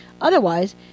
Otherwise